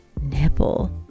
nipple